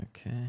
Okay